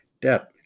debt